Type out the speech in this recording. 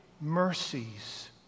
mercies